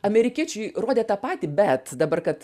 amerikiečiai rodė tą patį bet dabar kad